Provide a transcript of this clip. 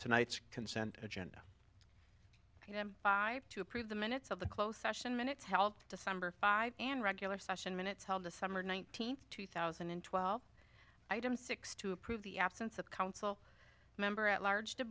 tonight's consent agenda to approve the minutes of the close session minutes held december and regular session minutes held the summer nineteenth two thousand and twelve item six to approve the absence of council member at large